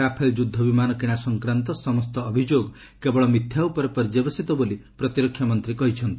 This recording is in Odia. ରାଫେଲ ଯୁଦ୍ଧ ବିମାନ କିଣା ସଂକ୍ରାନ୍ତ ସମସ୍ତ ଅଭିଯୋଗ କେବଳ ମିଥ୍ୟା ଉପରେ ପର୍ଯ୍ୟବେଶିତ ବୋଳି ପ୍ରତିରକ୍ଷା ମନ୍ତ୍ରୀ କହିଛନ୍ତି